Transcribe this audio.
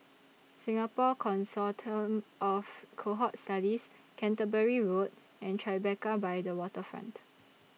Singapore Consortium of Cohort Studies Canterbury Road and Tribeca By The Waterfront